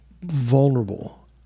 vulnerable